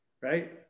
Right